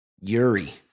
Yuri